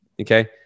okay